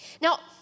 Now